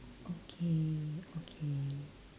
okay okay